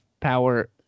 power